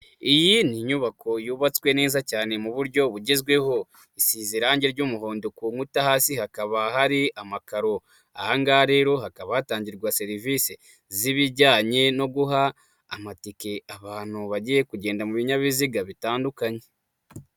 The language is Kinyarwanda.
Iyi ni inyubako yubatswe neza cyane mu buryo bugezweho, isize irange ry'umuhondo ku nkuta hasi hakaba hari amakaro. Aha ngaha rero hakaba hatangirwa serivise z'ibijyanye no guha amatike abantu bagiye ku ngenda mu binyabiziga bitandukanye.